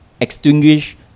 extinguish